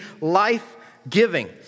life-giving